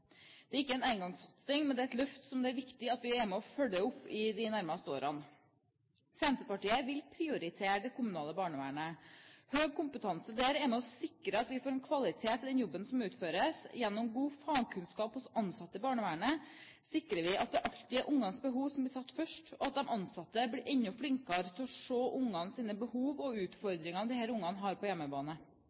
Det er ikke en engangssatsing, men det er et løft som det er viktig at vi er med og følger opp i de nærmeste årene. Senterpartiet vil priortiere det kommunale barnevernet. Høy kompetanse der er med på å sikre at vi får en kvalitet på den jobben som utføres. Gjennom god fagkunnskap hos ansatte i barnevernet sikrer vi at det alltid er ungenes behov som blir satt først, og at de ansatte blir enda flinkere til å se ungenes behov og de utfordringene de har på hjemmebane.